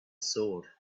sword